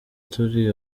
turi